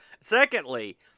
Secondly